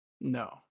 No